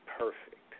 perfect